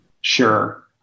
Sure